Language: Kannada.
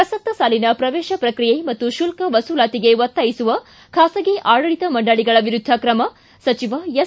ಪ್ರಸಕ್ತ ಸಾಲಿನ ಪ್ರವೇಶ ಪ್ರಕ್ರಿಯೆ ಮತ್ತು ಶುಲ್ಲ ವಸೂಲಾತಿಗೆ ಒತ್ತಾಯಿಸುವ ಖಾಗಿ ಆಡಳಿತ ಮಂಡಳಿಗಳ ವಿರುದ್ದ ಕ್ರಮ ಸಚಿವ ಎಸ್